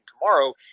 tomorrow